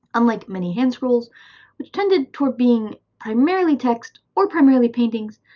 unlike many hand scrolls which tended toward being primarily text or primarily paintings,